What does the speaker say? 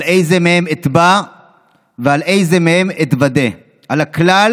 על אי זה מהם אתבע ועל איזה מהם אתוודה, על הכלל